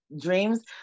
dreams